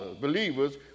believers